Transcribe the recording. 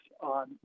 on